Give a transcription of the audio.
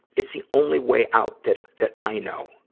it's the only way out that, that i know.